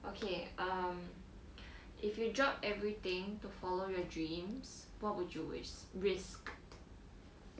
okay um if you drop everything to follow your dreams what would you wish risk